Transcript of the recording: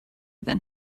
than